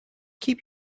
keep